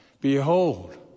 Behold